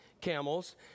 camels